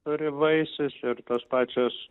turi vaisius ir tos pačios